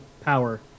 power